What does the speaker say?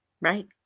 Right